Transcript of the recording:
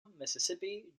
mississippi